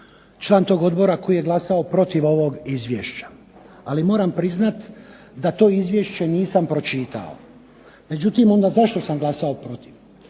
član tog odbora koji je glasao protiv ovog izvješća, ali moram priznat da to izvješće nisam pročitao. Međutim, onda zašto sam glasao protiv?